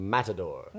Matador